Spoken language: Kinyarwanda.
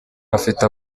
afite